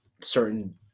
certain